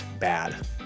bad